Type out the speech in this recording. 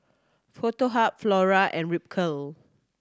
Foto Hub Flora and Ripcurl